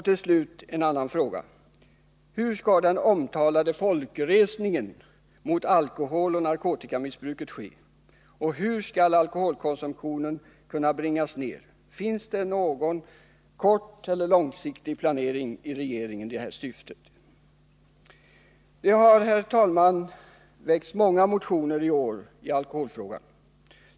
Till slut: Hur skall den omtalade folkresningen mot alkoholoch narkotikamissbruket ske? Hur skall alkoholkonsumtionen kunna bringas ner? Finns det inom regeringen någon korteller långsiktig planering i detta syfte? Det har väckts många motioner i år i alkoholfrågan.